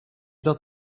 dat